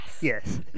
Yes